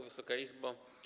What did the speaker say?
Wysoka Izbo!